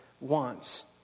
wants